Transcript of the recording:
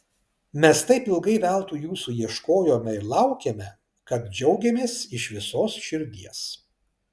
mes taip ilgai veltui jūsų ieškojome ir laukėme kad džiaugiamės iš visos širdies